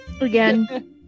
again